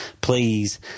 Please